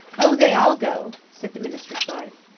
oh, they all go, said the minister's wife.